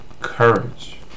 courage